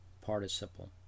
participle